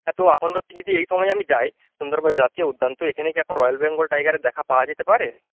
হ্যাঁ তো এখন হচ্ছে যদি এই সময় আমি যাই সুন্দরবন জাতীয় উদ্যান তো এখানে কি এখন রয়্যাল বেঙ্গল টাইগারের দেখা পাওয়া যেতে পারে